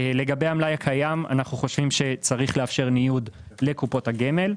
לגבי המלאי הקיים אנו חושבים שצריך לאפשר ניוד לקופות הגמל,